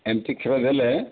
ଏମିତି କ୍ଷୀର ଦେଲେ